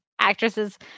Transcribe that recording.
actresses